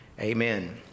amen